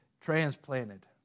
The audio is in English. transplanted